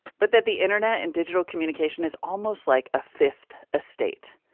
but that the internet and digital communication is almost like a fifth estate,